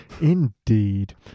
Indeed